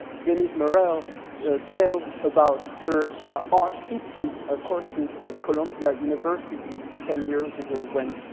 denise murrell tells about her art history ah courses at columbia university ten years ago when